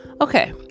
Okay